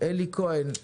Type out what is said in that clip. אלי כהן,